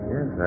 Yes